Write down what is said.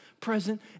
present